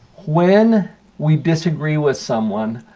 when we disagree with someone,